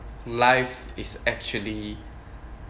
life is actually